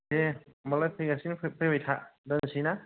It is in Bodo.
दे होमबालाय फैगासिनो फैबायथा दोनसैना